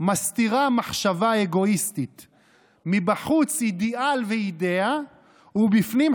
/ מסתירה מחשבה אגואיסטית / מבחוץ אידיאל ואידיאה / ובפנים,